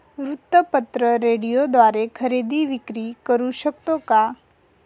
वृत्तपत्र, रेडिओद्वारे खरेदी विक्री करु शकतो का?